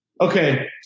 Okay